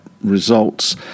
results